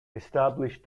established